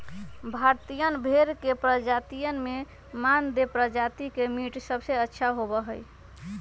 भारतीयन भेड़ के प्रजातियन में मानदेय प्रजाति के मीट सबसे अच्छा होबा हई